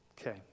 Okay